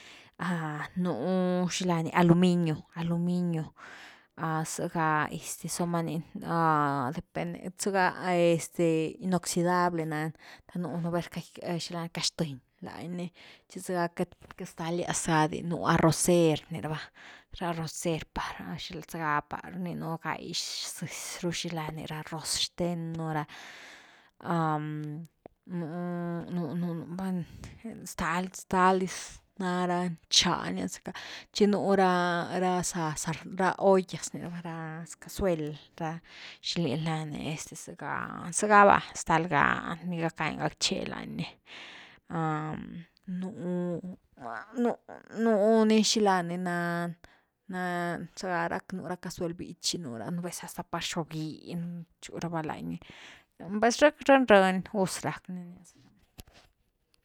Nú xila ni aluminio-aluminio, zega este, soman ni depende zega este inoxidable nani, per nuni nú vez lani rcaxtën lañni, chi zega queity-queity stalias ga din, nú arrocer rni rava, ra arrocer sega par rninu gai zezy ru xilani ra roz xten nú ra, ha nu-nu bueno stal staldis na rancha niazacka, chi nú ra-ra, za ra ollas rni rava ra casuel ra ¿xini la ni? Zega-zega va stal ga ni gackan gackche lañ ni, nú-nú ni xila ni nan-nan zega rathe nú ra casuel bichy, nú ra, nú vez hasta par xobginy rsiu ra’va lañ ni, pues breni breni gus rack ni nia.